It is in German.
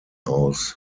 aus